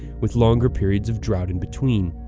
with longer periods of drought in between.